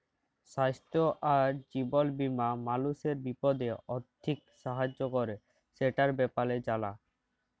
স্বাইস্থ্য আর জীবল বীমা মালুসের বিপদে আথ্থিক সাহায্য ক্যরে, সেটর ব্যাপারে জালা